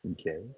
okay